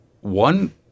one